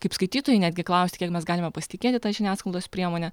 kaip skaitytojai netgi klausti kiek mes galime pasitikėti ta žiniasklaidos priemone